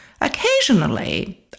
Occasionally